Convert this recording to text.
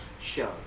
show